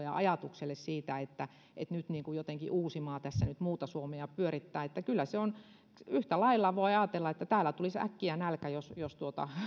ja ajatukselle siitä että nyt jotenkin uusimaa tässä nyt muuta suomea pyörittää kyllä yhtä lailla voi ajatella että täällä tulisi äkkiä nälkä jos jos